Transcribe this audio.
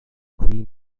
cream